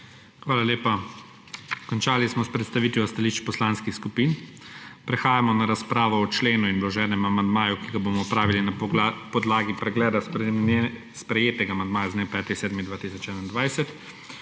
Hvala lepa. Končali smo s predstavitvijo stališč poslanskih skupin. Prehajamo na razpravo o členu in vloženem amandmaju, ki ga bomo opravili na podlagi pregleda sprejetega amandmaja z dne 5. 7. 2021.